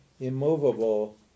immovable